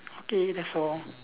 okay that's all